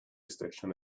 station